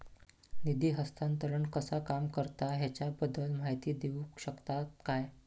निधी हस्तांतरण कसा काम करता ह्याच्या बद्दल माहिती दिउक शकतात काय?